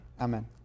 Amen